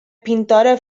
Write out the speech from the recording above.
pintores